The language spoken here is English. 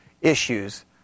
issues